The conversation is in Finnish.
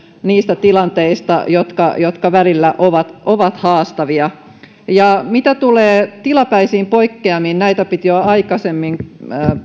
niistä tilanteista jotka jotka välillä ovat ovat haastavia mitä tulee tilapäisiin poikkeamiin mitä piti jo aikaisemmin